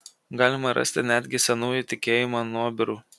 galima rasti netgi senųjų tikėjimų nuobirų